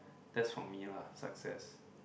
that's for me lah success